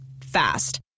fast